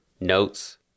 notes